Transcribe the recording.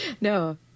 No